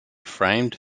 framed